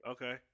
Okay